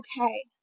okay